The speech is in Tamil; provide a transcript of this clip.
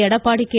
எடப்பாடி கே